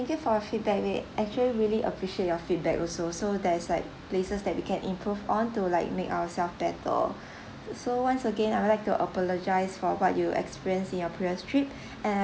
thank you for your feedback we actually really appreciate your feedback also so there's like places that we can improve on to like make ourselves better so once again I would like to apologise for what you experienced in your previous trip and